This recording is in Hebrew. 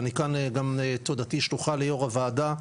ואני כאן גם תודתי שלוחה ליו"ר הוועדה,